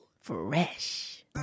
Fresh